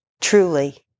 truly